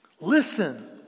Listen